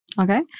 Okay